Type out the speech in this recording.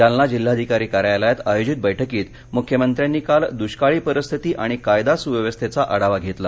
जालना जिल्हाधिकारी कार्यालयात आयोजित बैठकीत मुख्यमंत्र्यांनी काल दुष्काळी परिस्थिती आणि कायदा सुव्यवस्थेचा आढावा घेतला